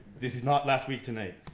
this is not last week tonight.